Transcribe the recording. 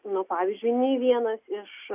nu pavyzdžiui nei vienas iš